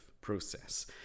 process